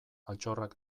altxorrak